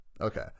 Okay